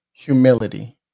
humility